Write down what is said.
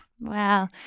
wow